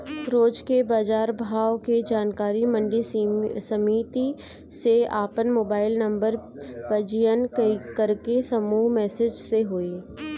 रोज के बाजार भाव के जानकारी मंडी समिति में आपन मोबाइल नंबर पंजीयन करके समूह मैसेज से होई?